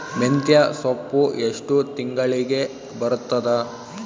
ಮೆಂತ್ಯ ಸೊಪ್ಪು ಎಷ್ಟು ತಿಂಗಳಿಗೆ ಬರುತ್ತದ?